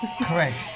Correct